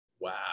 wow